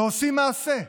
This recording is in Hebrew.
ועושים מעשה.